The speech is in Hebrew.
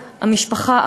המשפחה,